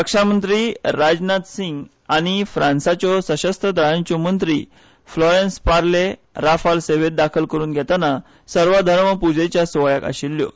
रक्षामंत्री राजनाथ सिंग आनी फ्रान्साच्यो सशस्त्र दळांच्यो मंत्री फ्लॉरॅन्स पार्ले राफाल सेवेंत दाखल करुन घेतना सर्वधर्म प्जेच्या स्वाळ्याक आशिल्ल्यो